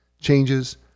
changes